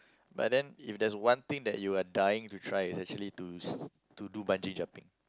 but then if there's one thing that you are dying to try is actually to to do bungee jumping